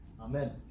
Amen